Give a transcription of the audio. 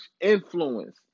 influence